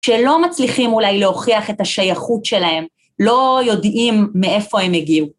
שלא מצליחים אולי להוכיח את השייכות שלהם, לא יודעים מאיפה הם הגיעו.